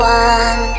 one